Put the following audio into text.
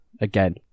again